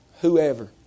whoever